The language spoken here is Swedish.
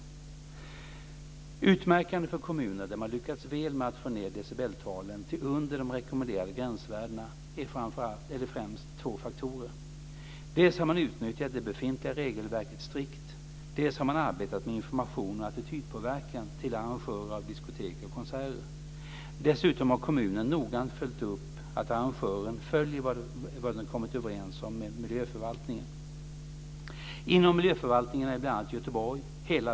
Det är främst två faktorer som är utmärkande för kommuner som har lyckats väl med att få ned decibeltalen till under de rekommenderade gränsvärdena. Dels har man utnyttjat det befintliga regelverket strikt, dels har man arbetat med information och attitydpåverkan till arrangörer av diskotek och konserter. Dessutom har kommunen noggrant följt upp att arrangören följer vad den kommit överens med miljöförvaltningen om.